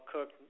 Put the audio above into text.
Cook